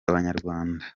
n’abanyarwanda